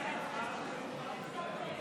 הרעש מפריע